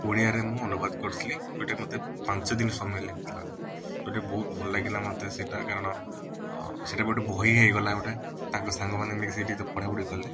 ଓଡ଼ିଆ ରେ ମୁଁ ଅନୁବାଦ କରିଥିଲି ଯେଉଁଟା ମୋତେ ପାଞ୍ଚ ଦିନ ସମୟ ଲାଗିଥିଲା ଯେଉଁଟା ବହୁତ ଭଲ ଲାଗିଲା ମୋତେ ସେଇଟା କାରଣ ସେଇଟା ବି ଗୋଟେ ବହି ହେଇଗଲା ଗୋଟେ ତାଙ୍କ ସାଙ୍ଗମାନେ ମିଶିକି ଟିକେ ପଢ଼ା ପଢ଼ି କଲେ